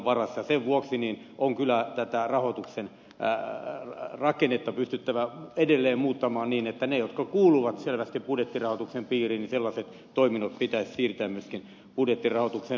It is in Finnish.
sen vuoksi on kyllä tätä rahoituksen rakennetta pystyttävä edelleen muuttamaan niin että sellaiset toiminnot jotka kuuluvat selvästi budjettirahoituksen piiriin myöskin siirretään budjettirahoitukseen